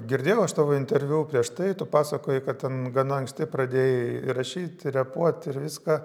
girdėjau aš tavo interviu prieš tai tu pasakoji kad ten gana anksti pradėjai rašyt repuoti ir viską